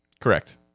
Correct